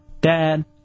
Dad